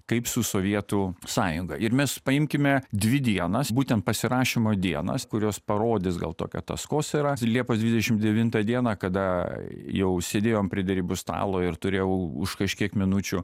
kaip su sovietų sąjunga ir mes paimkime dvi dienas būtent pasirašymo dienas kurios parodys gal tokią taskosyrą yra liepos dvidešim devintą dieną kada jau sėdėjom prie derybų stalo ir turėjau už kažkiek minučių